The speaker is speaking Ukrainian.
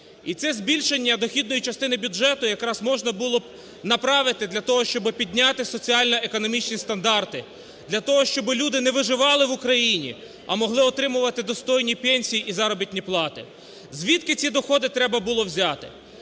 І це збільшення дохідної частити бюджету якраз можна було б направити для того, щоб підняти соціально-економічні стандарти для того, щоб люди не виживали в Україні, а могли отримувати достойні пенсії і заробітні плати. Звідки ці доходи треба було взяти?